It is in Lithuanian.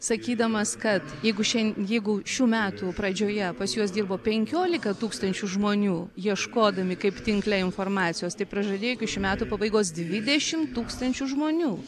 sakydamas kad jeigu šiandien jeigu šių metų pradžioje pas juos dirbo penkiolika tūkstančių žmonių ieškodami kaip tinkle informacijos tai prižadėjo iki šių metų pabaigos dvidešimt tūkstančių žmonių